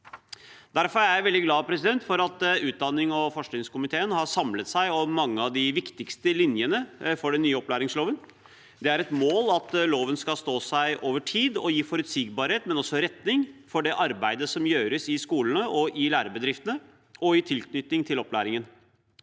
Derfor er jeg veldig glad for at utdannings- og forskningskomiteen har samlet seg om mange av de viktigste linjene for den nye opplæringsloven. Det er et mål at loven skal stå seg over tid og gi forutsigbarhet, men også retning for det arbeidet som gjøres i skolene og lærebedriftene, og i tilknytning til opplæringen.